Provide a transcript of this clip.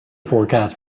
forecast